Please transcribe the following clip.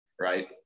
right